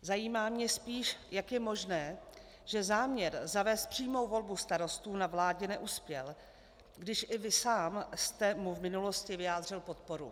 Zajímá mě spíš, jak je možné, že záměr zavést přímou volbu starostů na vládě neuspěl, když i vy sám jste mu v minulosti vyjádřil podporu.